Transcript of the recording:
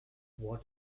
what